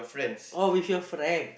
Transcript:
oh with your friend